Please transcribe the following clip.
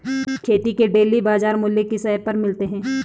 खेती के डेली बाज़ार मूल्य किस ऐप पर मिलते हैं?